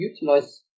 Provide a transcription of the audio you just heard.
utilize